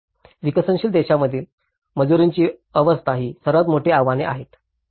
विकसनशील देशांमधील मंजुरीची अवस्था ही सर्वात मोठी आव्हाने आहे